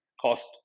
cost